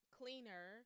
cleaner